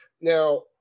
Now